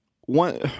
one